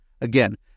Again